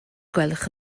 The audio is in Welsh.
gwelwch